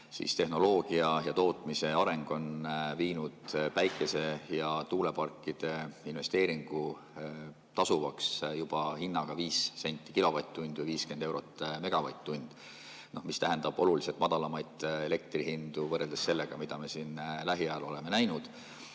tehnoloogia ja tootmise areng teinud päikese‑ ja tuuleparkide investeeringu tasuvaks juba hinnaga 5 senti kilovatt-tunni eest ehk 50 eurot megavatt-tunni eest. See tähendab oluliselt madalamaid elektrihindu võrreldes sellega, mida me siin lähiajal oleme näinud.